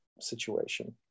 situation